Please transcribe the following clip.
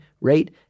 rate